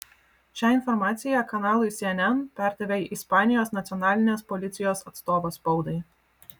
šią informaciją kanalui cnn perdavė ispanijos nacionalinės policijos atstovas spaudai